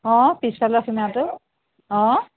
অ পিছফালৰ সীমাটো অ